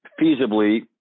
feasibly